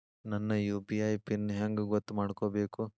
ನನ್ನ UPI PIN ಹೆಂಗ್ ಗೊತ್ತ ಮಾಡ್ಕೋಬೇಕು?